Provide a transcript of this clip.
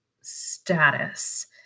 status